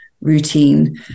routine